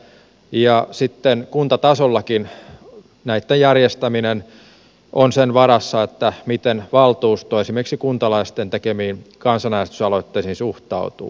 ja sitten kuntatasollakin näitten järjestäminen on sen varassa miten valtuusto esimerkiksi kuntalaisten tekemiin kansanäänestysaloitteisiin suhtautuu